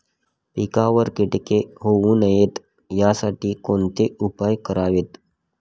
पिकावर किटके होऊ नयेत यासाठी कोणते उपाय करावेत?